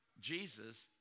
Jesus